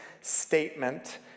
statement